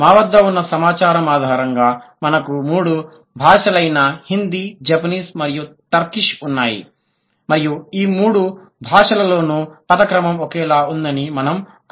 మా వద్ద ఉన్న సమాచారం ఆధారంగా మనకు మూడు భాషలైన హిందీ జపనీస్ మరియు టర్కిష్ ఉన్నాయి మరియు ఈ మూడు భాషలలోనూ పద క్రమం ఒకేలా ఉందని మనము కనుగొన్నాము